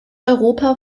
europa